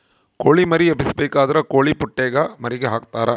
ಕೊಳಿ ಮರಿ ಎಬ್ಬಿಸಬೇಕಾದ್ರ ಕೊಳಿಪುಟ್ಟೆಗ ಮರಿಗೆ ಹಾಕ್ತರಾ